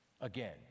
Again